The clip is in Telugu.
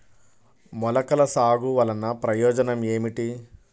మొలకల సాగు వలన ప్రయోజనం ఏమిటీ?